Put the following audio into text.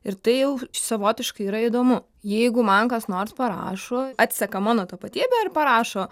ir tai jau savotiškai yra įdomu jeigu man kas nors parašo atseka mano tapatybę ir parašo